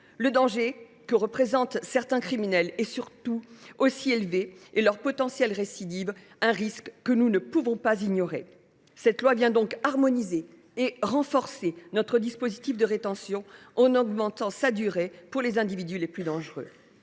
Le danger que représentent certains criminels est tout aussi élevé, et leur potentielle récidive constitue un risque que nous ne pouvons ignorer. Cette proposition de loi vient donc harmoniser et renforcer notre dispositif de rétention, en augmentant sa durée pour les individus les plus dangereux.